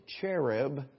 cherub